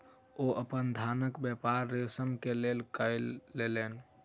ओ अपन धानक व्यापार रेशम के लेल कय लेलैन